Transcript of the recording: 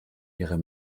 ihre